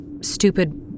stupid